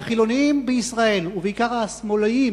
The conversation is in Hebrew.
והחילונים בישראל, ובעיקר השמאליים